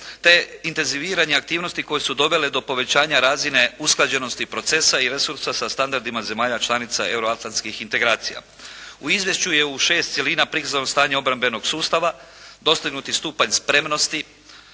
te intenziviranje aktivnosti koje su dovele do povećanja razine usklađenosti procesa i resursa sa standardima zemalja članica Euroatlantskih integracija. U izvješću je u šest cjelina prikazano stanje obrambenog sustava, dostignuti stupanj spremnosti